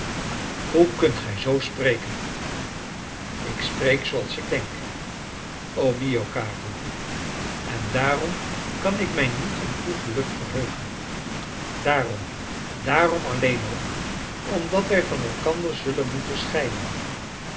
hoe kunt gij zoo spreken ik spreek zooals ik denk o mio caro en daarom kan ik mij niet in uw geluk verheugen daarom dààrom alleen ook omdat wij van elkander zullen moeten scheiden